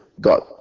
God